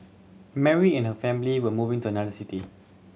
Mary and her family were moving to another city